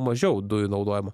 mažiau dujų naudojimo